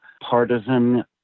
partisan